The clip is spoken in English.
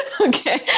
Okay